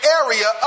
area